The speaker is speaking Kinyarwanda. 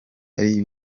ari